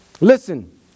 Listen